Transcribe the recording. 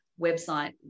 website